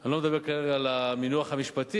אני לא מדבר כרגע על המינוח המשפטי,